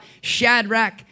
Shadrach